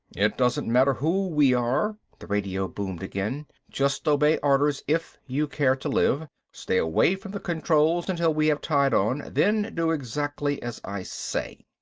it doesn't matter who we are, the radio boomed again. just obey orders if you care to live. stay away from the controls until we have tied on, then do exactly as i say.